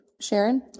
Sharon